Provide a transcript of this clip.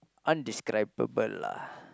indescribable lah